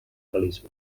feliços